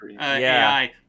AI